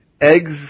Eggs